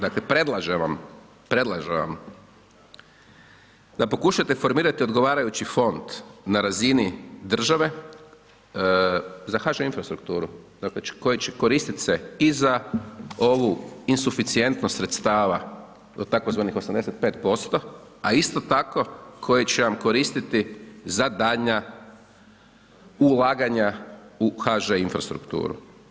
Dakle, predlažem vam, predlažem vam da pokušate formirati odgovarajući fond na razini države za HŽ infrastrukturu, dakle koji će koristit se i za ovu insuficijentnost sredstava tzv. 85%, a isto tako koji će vam koristiti za daljnja ulaganja u HŽ infrastrukturu.